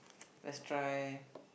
let's try